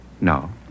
No